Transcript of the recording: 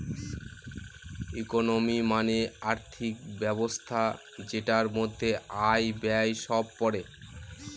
economy মানে আর্থিক ব্যবস্থা যেটার মধ্যে আয়, ব্যয় সব পড়ে